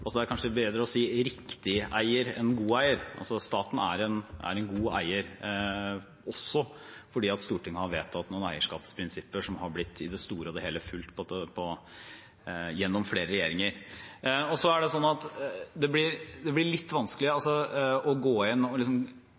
det kanskje er bedre å si riktig eier enn god eier. Staten er en god eier – også fordi Stortinget har vedtatt noen eierskapsprinsipper som i det store og hele har blitt fulgt gjennom flere regjeringer. Det blir litt vanskelig å gå inn og kommentere hvert enkelt selskap – jeg skjønner at det bare er Kongsberg Gruppen akkurat nå, altså